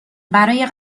برای